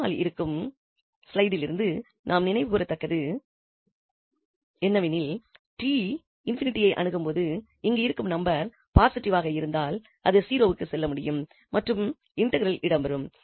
முன்னால் இருக்கும் ஸ்லைடில் இருந்து நாம் நினைவுகூருவது என்னவெனில் இங்கு 𝑡 ∞ ஐ அணுகும்போது இங்கு இருக்கும் நம்பர் பாசிட்டிவாக இருந்தால் இது 0 க்கு செல்லமுடியும் மற்றும் இன்டெக்ரல் இடம்பெறும்